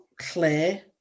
clear